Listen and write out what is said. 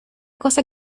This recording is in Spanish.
cosa